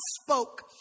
spoke